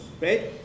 right